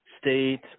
state